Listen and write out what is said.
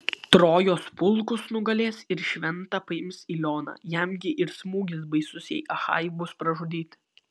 trojos pulkus nugalės ir šventą paims ilioną jam gi ir smūgis baisus jei achajai bus pražudyti